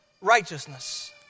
righteousness